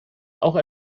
auch